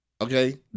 Okay